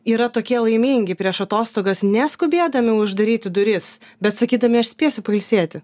yra tokie laimingi prieš atostogas neskubėdami uždaryti duris bet sakydami aš spėsiu pailsėti